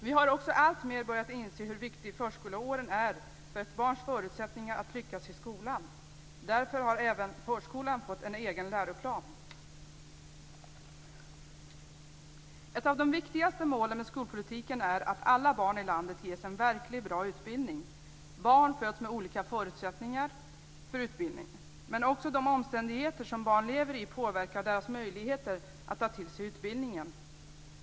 Vi har också alltmer börjat inse hur viktiga förskoleåren är för ett barns förutsättningar att lyckas i skolan. Därför har även förskolan fått en egen läroplan. Ett av de viktigaste målen med skolpolitiken är att alla barn i landet ges en verkligt bra utbildning. Barn föds med olika förutsättningar för utbildning. Men också de omständigheter som barn lever i påverkar deras möjligheter att ta till sig utbildning.